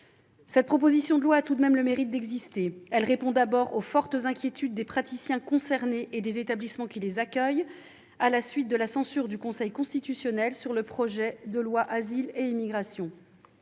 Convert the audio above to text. Cette proposition de loi présente tout de même le mérite d'exister. Elle répond d'abord aux fortes inquiétudes des praticiens concernés et des établissements qui les accueillent, à la suite de la censure, par le Conseil constitutionnel, de certaines dispositions du projet de loi Asile et immigration.